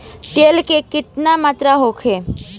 तेल के केतना मात्रा होखे?